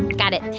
got it.